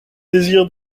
désir